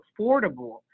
affordable